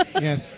Yes